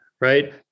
right